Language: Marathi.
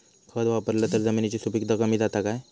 खत वापरला तर जमिनीची सुपीकता कमी जाता काय?